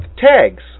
tags